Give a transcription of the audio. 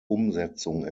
umsetzung